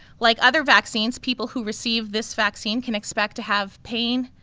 like other vaccines people who receive this vaccine can expect to have pain,